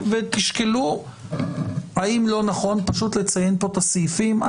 תשקלו אם לא נכון פשוט לציין פה את הסעיפים.